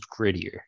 grittier